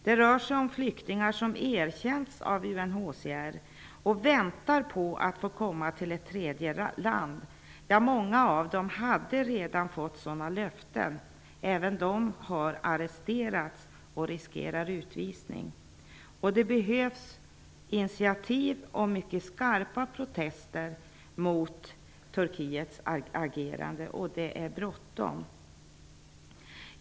Det rör sig om flyktingar som erkänts av UNHCR och som väntar på att få komma till ett tredje land. Även många av dem som redan hade fått sådana löften har arresterats och riskerar utvisning. Det behövs initiativ och mycket skarpa protester mot Turkiets agerande, och det är bråttom.